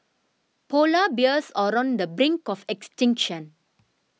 Polar Bears are on the brink of extinction